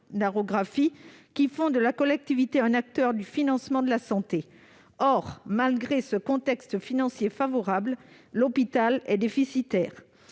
-qui font de la collectivité un acteur du financement de la santé. Or, malgré ce contexte financier favorable, l'hôpital est déficitaire.